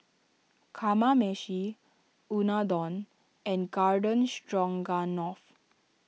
Kamameshi Unadon and Garden Stroganoff